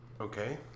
Okay